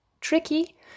Tricky